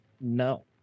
No